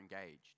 engaged